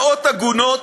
מאות עגונות,